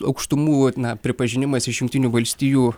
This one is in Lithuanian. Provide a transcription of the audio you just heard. aukštumų na pripažinimas iš jungtinių valstijų